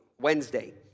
Wednesday